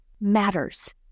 matters